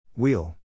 Wheel